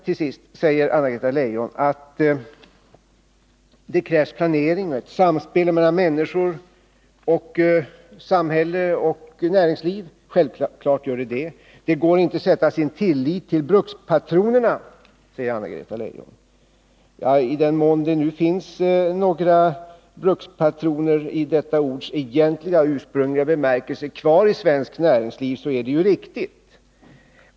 Till sist säger Anna-Greta Leijon att det krävs planering, ett samspel mellan människor, samhälle och näringsliv. Självfallet är det så. Det går inte att sätta sin tillit till brukspatronerna, säger Anna-Greta Leijon. I den mån det nu finns några brukspatroner i detta ords egentliga och ursprungliga bemärkelse kvar i svenskt näringsliv, så är ju det riktigt.